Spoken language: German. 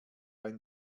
ein